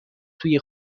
توی